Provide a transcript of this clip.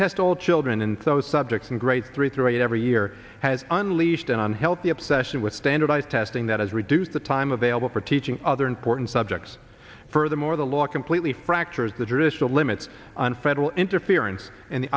test all children in those subjects and grade three through eight every year has unleashed an unhealthy obsession with standardized testing that has reduced the time available for teaching other important subjects furthermore the law completely fractures the traditional limits on federal interference